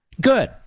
good